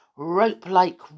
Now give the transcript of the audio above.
rope-like